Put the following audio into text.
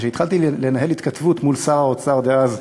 כאשר התחלתי לנהל התכתבות עם שר האוצר דאז,